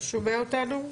שומע אותנו?